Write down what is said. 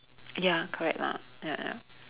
ya correct lah ya ya